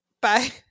Bye